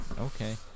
Okay